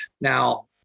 Now